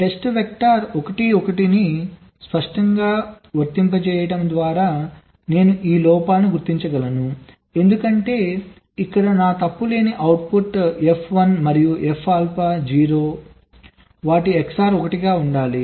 text vector 1 1 ను స్పష్టంగా వర్తింపజేయడం ద్వారా నేను ఈ లోపాలను గుర్తించగలను ఎందుకంటే ఇక్కడ నా తప్పు లేని అవుట్పుట్ F 1 మరియు F ఆల్ఫా 0 వాటి XOR 1 గా ఉండాలి